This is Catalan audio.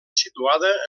situada